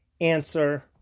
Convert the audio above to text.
answer